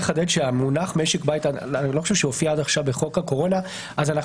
המונח משק בית לא הופיע עד כה בחוק הקורונה לדעתי.